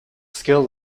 skill